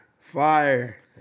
Fire